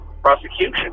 prosecution